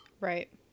right